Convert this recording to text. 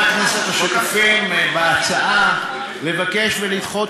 יש הצעה של חברי הכנסת השותפים בהצעה לבקש ולדחות